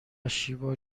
شیوا